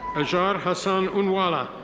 azhar hassan unwala.